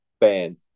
band